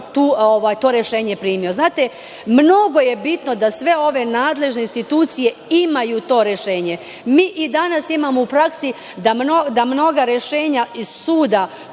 to rešenje primio. Znate, mnogo je bitno da sve nadležne institucije imaju to rešenje. Mi i danas imamo u praksi da mnoga rešenja iz suda